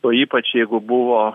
o ypač jeigu buvo